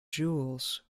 jewels